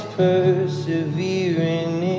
persevering